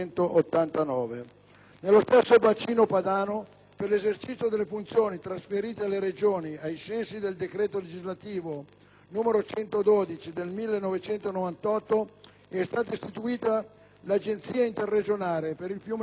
Nello stesso bacino padano, per l'esercizio delle funzioni trasferite alle Regioni, ai sensi del decreto legislativo n. 112 del 1998, è stata istituita l'Agenzia interregionale per il fiume Po (AIPO),